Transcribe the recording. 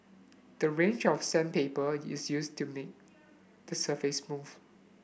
the range of sandpaper is used to make the surface smooth